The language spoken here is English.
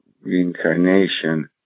reincarnation